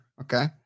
okay